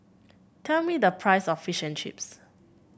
tell me the price of Fish and Chips